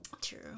True